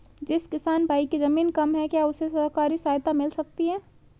जिस किसान भाई के ज़मीन कम है क्या उसे सरकारी सहायता मिल सकती है?